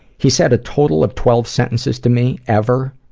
he said a total of twelve sentences to me, ever,